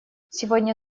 сегодня